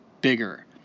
bigger